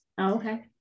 okay